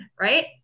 right